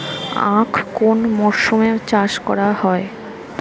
আখ কোন মরশুমে চাষ করা হয়?